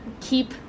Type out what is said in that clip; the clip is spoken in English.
keep